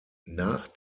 nach